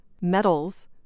metals